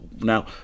Now